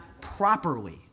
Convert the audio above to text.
properly